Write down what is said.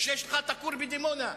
כשיש לך כור בדימונה,